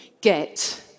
get